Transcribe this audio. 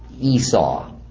Esau